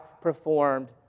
performed